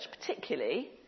particularly